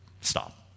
stop